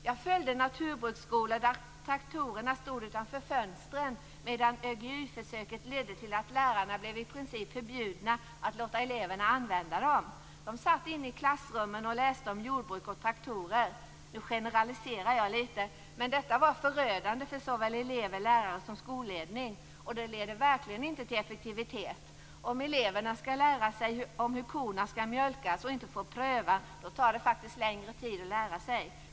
Jag följde naturbruksskolor där traktorerna stod utanför fönstren, medan ÖGY-försöket ledde till att lärarna blev i princip förbjudna att låta eleverna använda dem. De satt inne i klassrummen och läste om jordbruk och traktorer. Nu generaliserar jag lite, men detta var förödande för såväl elever, lärare som skolledning. Och det leder verkligen inte till effektivitet. Om eleverna skall lära sig hur korna skall mjölkas och inte får pröva, tar det faktiskt längre tid att lära sig.